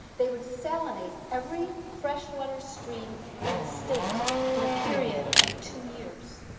they would salinate every freshwater stream in the state in a period of two years.